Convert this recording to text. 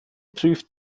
prüft